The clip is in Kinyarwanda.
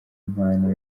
impano